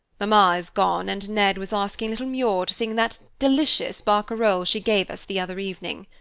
mamma is gone, and ned was asking little muir to sing that delicious barcarole she gave us the other evening.